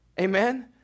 Amen